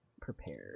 prepared